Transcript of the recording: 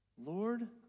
Lord